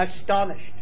astonished